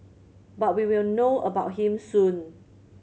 but we will know about him soon